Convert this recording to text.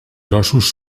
grossos